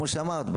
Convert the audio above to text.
כמו שאמרת,